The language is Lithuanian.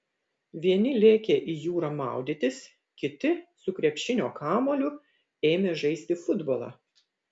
vieni lėkė į jūrą maudytis kiti su krepšinio kamuoliu ėmė žaisti futbolą